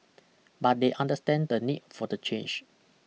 but they understand the need for the change